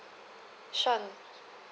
sure